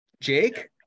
Jake